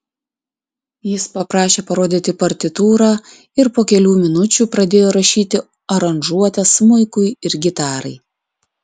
jis paprašė parodyti partitūrą ir po kelių minučių pradėjo rašyti aranžuotes smuikui ir gitarai